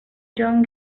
john